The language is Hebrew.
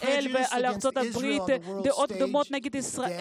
ואפליה נגד ישראל,